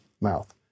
mouth